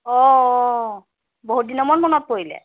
অ' অঁ অঁ বহুত দিনৰ মূৰত মনত পৰিলে